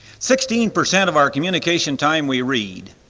sixteen percent of our communication time we read,